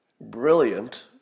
brilliant